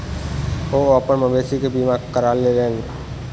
ओ अपन मवेशी के बीमा करा लेलैन